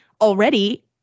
already